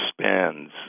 spends